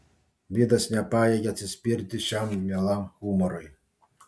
vidas nepajėgė atsispirti šiam mielam humorui